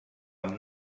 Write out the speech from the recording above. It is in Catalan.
amb